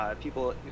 People